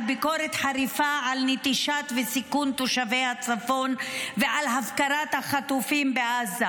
ביקורת חריפה על נטישת וסיכון תושבי הצפון ועל הפקרת החטופים בעזה,